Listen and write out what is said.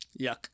Yuck